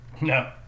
No